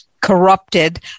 corrupted